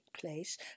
place